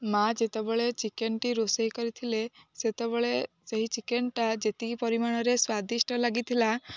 ମା' ଯେତେବେଳେ ଚିକେନଟି ରୋଷେଇ କରିଥିଲେ ସେତେବେଳେ ସେହି ଚିକେନଟା ଯେତିକି ପରିମାଣରେ ସ୍ୱାଦିଷ୍ଟ ଲାଗିଥିଲା